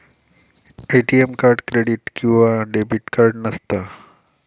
ATM card credit किंवा debit card नसता